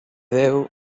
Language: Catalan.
déu